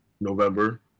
November